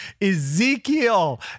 Ezekiel